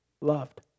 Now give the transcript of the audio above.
loved